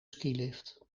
skilift